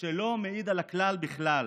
שלא מעיד על הכלל בכלל.